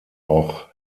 auch